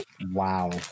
Wow